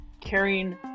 carrying